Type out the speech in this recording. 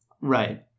Right